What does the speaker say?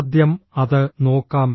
ആദ്യം അത് നോക്കാം